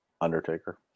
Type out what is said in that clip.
Undertaker